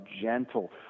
gentle